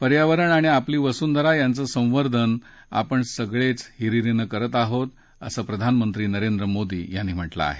पर्यावरण आणि आपली वसुंधरा यांचं संवर्धन आपण सगळे हिरीरीनं करत आहोत असं प्रधानमंत्री नरेंद्र मोदी यांनी म्हटलं आहे